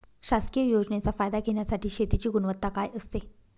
शासकीय योजनेचा फायदा घेण्यासाठी शेतीची गुणवत्ता काय असते?